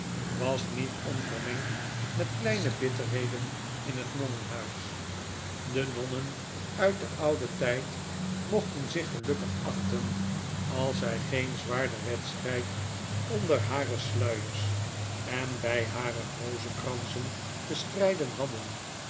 was niet onvermengd met kleine bitterheden in het nonnenhuis de nonnen uit den ouden tyd mochten zich gelukkig achten als zy geen zwaarder wedstryd onder hare sluiers en oy hare rozenkransen te stryden hadden